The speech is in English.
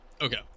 Okay